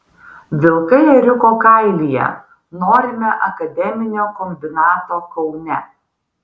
vilkai ėriuko kailyje norime akademinio kombinato kaune